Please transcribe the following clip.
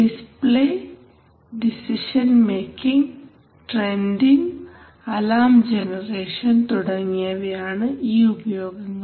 display decision making trending alarm generation തുടങ്ങിയവയാണ് ഈ ഉപയോഗങ്ങൾ